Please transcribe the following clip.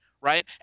right